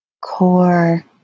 core